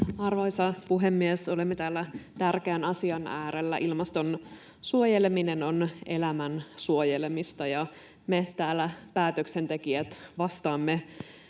Arvoisa puhemies! Olemme täällä tärkeän asian äärellä. Ilmaston suojeleminen on elämän suojelemista, ja me päätöksentekijät täällä vastaamme